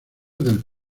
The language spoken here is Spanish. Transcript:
del